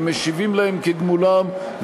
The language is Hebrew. ומשיבים להם כגמולם,